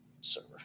server